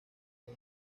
los